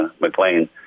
McLean